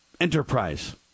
enterprise